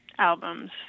albums